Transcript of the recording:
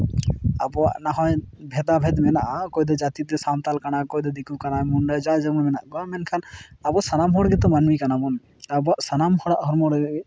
ᱟᱵᱚᱣᱟᱜ ᱱᱟᱦᱳᱭ ᱵᱷᱮᱫᱟᱼᱵᱷᱮᱫ ᱢᱱᱟᱜᱼᱟ ᱚᱠᱚᱭ ᱫᱚ ᱡᱟᱛᱤ ᱛᱮ ᱥᱟᱱᱛᱟᱞ ᱠᱟᱱᱟᱭ ᱚᱠᱚᱭ ᱫᱚ ᱫᱤᱠᱩ ᱠᱟᱱᱟᱭ ᱢᱩᱱᱰᱟ ᱡᱟ ᱡᱮᱢᱚᱱ ᱢᱮᱱᱟᱜ ᱠᱚᱣᱟ ᱢᱮᱱᱠᱷᱟᱱ ᱟᱵᱚ ᱥᱟᱱᱟᱢ ᱦᱚᱲ ᱜᱮᱛᱚ ᱢᱟᱹᱱᱢᱤ ᱠᱟᱱᱟ ᱵᱚᱱ ᱟᱵᱚᱣᱟᱜ ᱥᱟᱱᱟᱢ ᱦᱚᱲᱟᱜ ᱦᱚᱲᱢᱚ ᱨᱮ